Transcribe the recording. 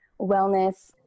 wellness